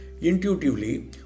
Intuitively